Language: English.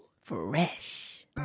Fresh